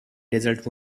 desert